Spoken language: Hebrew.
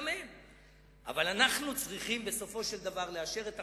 אנחנו אלה שצריכים בסופו של דבר לאשר את החוקים,